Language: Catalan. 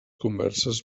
converses